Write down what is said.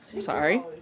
sorry